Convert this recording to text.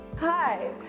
hi